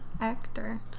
actor